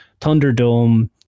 Thunderdome